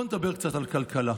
בואו נדבר קצת על כלכלה.